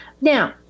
Now